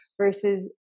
versus